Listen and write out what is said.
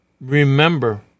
Remember